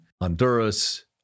Honduras